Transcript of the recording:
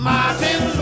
Martin